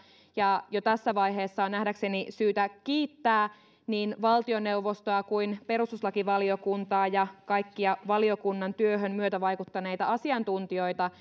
ja jo tässä vaiheessa on nähdäkseni syytä kiittää niin valtioneuvostoa kuin perustuslakivaliokuntaa ja kaikkia valiokunnan työhön myötävaikuttaneita asiantuntijoita